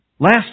Last